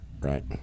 right